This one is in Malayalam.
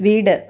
വീട്